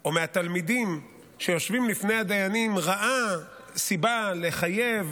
או מהתלמידים שיושבים לפני הדיינים ראה סיבה לחייב,